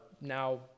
now